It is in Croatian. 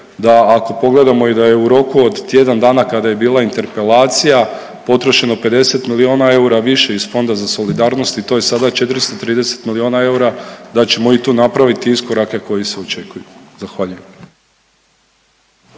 da ako pogledamo i da je u roku od tjedan dana od kada je bila interpelacija potrošeno 50 milijuna više iz Fonda za solidarnost i to je sada 430 milijuna eura da ćemo i tu napraviti iskorake koji se očekuju. Zahvaljujem.